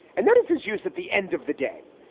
and that is his use at the end of the day.